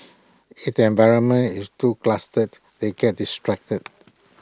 if the environment is too clustered they get distracted